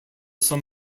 some